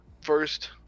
first